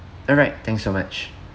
alright thanks so much